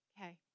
Okay